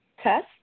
test